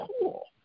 cool